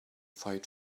fight